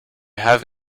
have